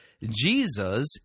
Jesus